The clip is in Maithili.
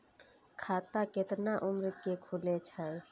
खाता केतना उम्र के खुले छै?